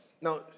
Now